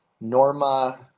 Norma